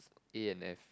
A and F